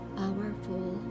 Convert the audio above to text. powerful